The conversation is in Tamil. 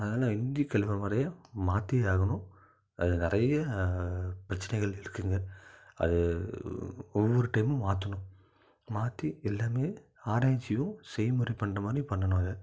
அதனால் இந்திய கல்விமுறையும் மாற்றியே ஆகணும் அது நிறையா பிரச்சனைகள் இருக்குதுங்க அது ஒவ்வொரு டைமும் மாற்றணும் மாற்றி எல்லாமே ஆராய்ச்சியும் செய்முறை பண்ணுறமாரி பண்ணனும் அதை